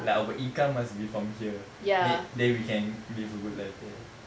like our income must be from here then then we can live a good life there